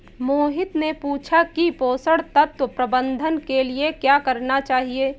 मोहित ने पूछा कि पोषण तत्व प्रबंधन के लिए क्या करना चाहिए?